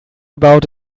about